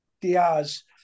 Diaz